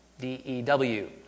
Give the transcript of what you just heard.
D-E-W